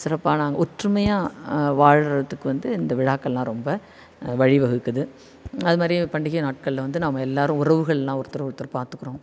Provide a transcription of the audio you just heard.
சிறப்பாக நாங்கள் ஒற்றுமையாக வாழ்கிறத்துக்கு வந்து இந்த விழாக்களெல்லாம் ரொம்ப வழிவகுக்குது அது மாதிரி பண்டிகை நாட்களில் வந்து நாம் எல்லாேரும் உறவுகளெல்லாம் ஒருத்தர் ஒருத்தர் பார்த்துக்கறோம்